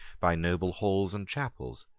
by noble halls and chapels,